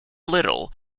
little